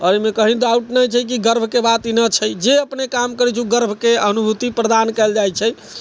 आओर अइमे कहैके बात नहि छै कि गर्वके बात ई नहि छै जे अपने काम करै छै उ गर्वके अनुभूति प्रदान कयल जाइ छै